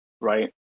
right